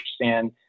understand